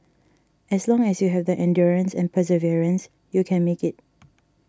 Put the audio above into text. as long as you have the endurance and perseverance you can make it